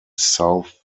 south